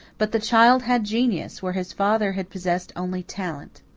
but the child had genius, where his father had possessed only talent.